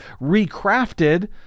recrafted